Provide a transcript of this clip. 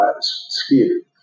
skewed